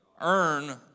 earn